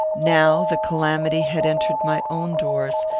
now the calamity had entered my own doors,